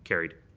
carried.